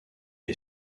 est